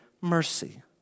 mercy